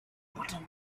button